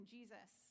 Jesus